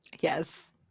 Yes